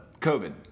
COVID